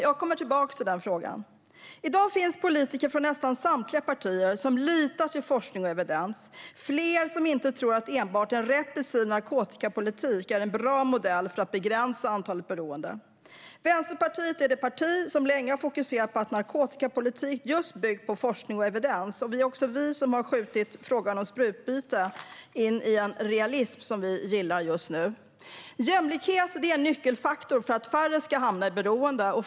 Jag kommer tillbaka till den frågan. I dag finns det politiker från nästan samtliga partier som litar på forskning och evidens. Det finns fler som inte tror att en enbart repressiv narkotikapolitik är en bra modell för att begränsa antalet beroende. Vänsterpartiet är det parti som länge har fokuserat på en narkotikapolitik byggd på forskning och evidens. Det är också vi som har drivit frågan om sprutbyte och gjort att det nu realiseras, vilket vi gillar. Jämlikhet är en nyckelfaktor för att färre ska hamna i beroende.